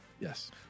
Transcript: Yes